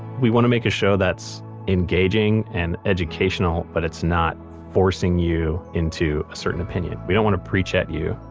we want to make a show that's engaging and educational, but it's not forcing you into a certain opinion. we don't want to preach at you.